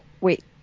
Wait